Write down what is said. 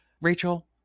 rachel